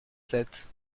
sept